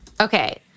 Okay